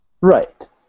Right